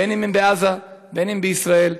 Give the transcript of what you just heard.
בין שהם בעזה בין שבישראל.